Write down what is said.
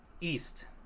East